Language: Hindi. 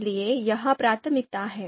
इसलिए यह प्राथमिकता है